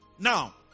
Now